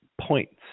points